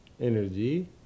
energy